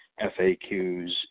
FAQs